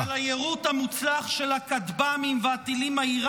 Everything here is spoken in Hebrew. -- על היירוט המוצלח של הכטב"מים והטילים האיראניים,